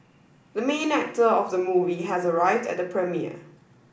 the main actor of the movie has arrived at the premiere